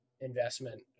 investment